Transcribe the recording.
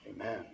Amen